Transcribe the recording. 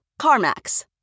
CarMax